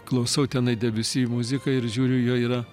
klausau tenai debiusi muziką ir žiūriu jo yra